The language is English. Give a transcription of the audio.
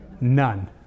None